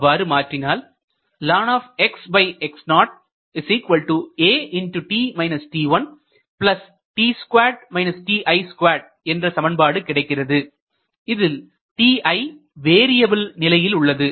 அவ்வாறு மாற்றினால் என்ற சமன்பாடு கிடைக்கிறது இதில் ti வேரியபில் நிலையில் உள்ளது